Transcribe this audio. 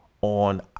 on